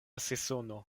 sezono